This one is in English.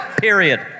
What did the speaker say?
Period